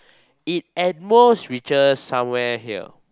it at most reaches somewhere here